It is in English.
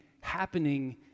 happening